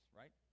right